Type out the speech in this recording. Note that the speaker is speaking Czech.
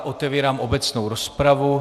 Otevírám obecnou rozpravu.